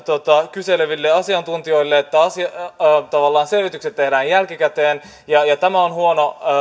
kyseleville asiantuntijoille että selvitykset tehdään jälkikäteen tämä on huono